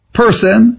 person